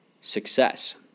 success